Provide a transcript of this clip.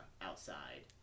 outside